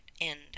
end